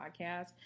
podcast